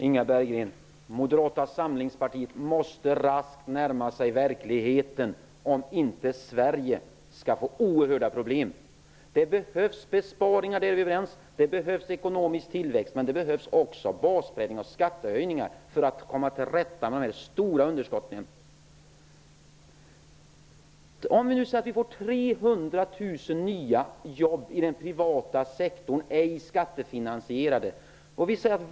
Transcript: Herr talman! Moderata samlingspartiet måste raskt närma sig verkligheten om inte Sverige skall få oerhörda problem, Inga Berggren. Det behövs besparingar. Det är vi överens om. Det behövs ekonomisk tillväxt. Men det behövs också basbreddning och skattehöjningar för att komma till rätta med de stora underskotten. Låt oss säga att vi får 300 000 nya jobb i den privata ej skattefinansierade sektorn.